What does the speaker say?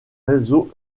réseau